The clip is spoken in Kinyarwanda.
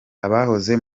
abahoze